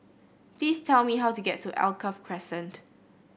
please tell me how to get to Alkaff Crescent